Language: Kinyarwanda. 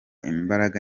imbaraga